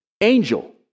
angel